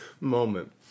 moment